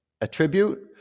attribute